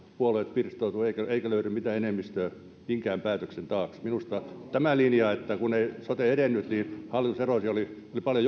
puolueet pirstoutuvat eikä eikä löydy mitään enemmistöä minkään päätöksen taakse minusta tämä linja että kun ei sote edennyt niin hallitus erosi oli paljon